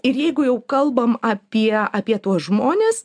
ir jeigu jau kalbam apie apie tuos žmones